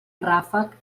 ràfec